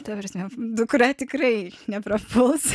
dukra tikrai neprapuls